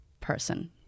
person